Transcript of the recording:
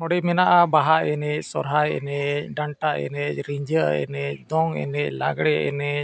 ᱱᱚᱰᱮ ᱢᱮᱱᱟᱜᱼᱟ ᱵᱟᱦᱟ ᱮᱱᱮᱡ ᱥᱚᱦᱨᱟᱭ ᱮᱱᱮᱡ ᱰᱟᱱᱴᱟ ᱮᱱᱮᱡ ᱨᱤᱸᱡᱷᱟᱹ ᱮᱱᱮᱡ ᱫᱚᱝ ᱮᱱᱮᱡ ᱞᱟᱜᱽᱬᱮ ᱮᱱᱮᱡ